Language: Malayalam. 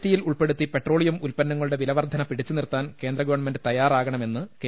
ടി യിൽ ഉൾപ്പെടുത്തി പെട്രോളിയം ഉല്പന്നങ്ങളുടെ വിലവർധന പിടിച്ചുനിർത്താൻ കേന്ദ്രഗവൺമെന്റ് തയ്യാറക ണമെന്ന് കെ